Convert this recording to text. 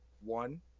One